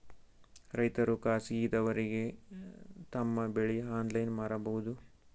ರೈತರು ಖಾಸಗಿದವರಗೆ ತಮ್ಮ ಬೆಳಿ ಆನ್ಲೈನ್ ಮಾರಬಹುದು?